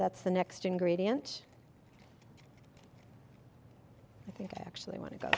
that's the next ingredient i think i actually want to go